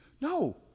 No